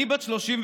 אני בת 37,